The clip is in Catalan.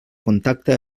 contacte